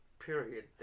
Period